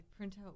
printout